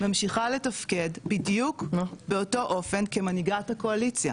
ממשיכה לתפקד בדיוק באותו אופן כמנהיגת הקואליציה.